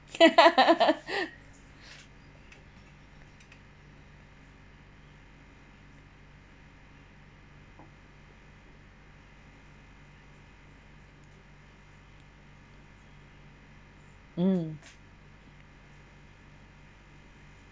mm